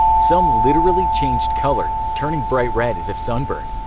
some literally changed color, turning bright red as if sunburned.